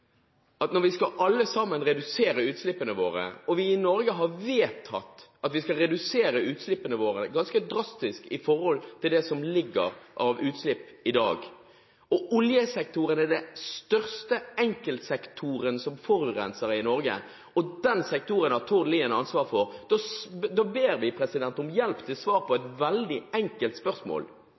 Når vi alle sammen skal redusere utslippene våre, vi i Norge har vedtatt at vi skal redusere utslippene våre ganske drastisk i forhold til det som ligger av utslipp i dag, oljesektoren er den enkeltsektoren som forurenser mest i Norge, og den sektoren har Tord Lien ansvaret for, da ber vi om hjelp til svar på et veldig enkelt spørsmål: